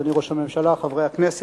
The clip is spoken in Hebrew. אדוני ראש הממשלה, חברי הכנסת,